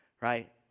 right